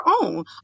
own